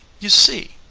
you see,